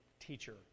teacher